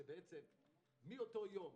הפוליטית שמאותו יום,